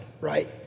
right